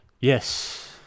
Yes